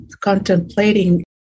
contemplating